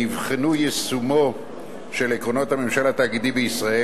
נבחן יישומם של עקרונות הממשל התאגידי בישראל